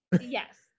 Yes